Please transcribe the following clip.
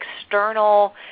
external